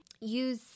use